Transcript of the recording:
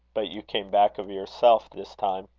but you came back of yourself this time.